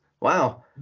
Wow